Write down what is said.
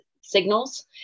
signals